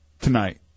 tonight